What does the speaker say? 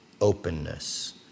openness